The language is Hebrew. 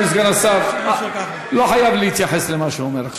אדוני סגן השר לא חייב להתייחס למה שהוא אומר עכשיו.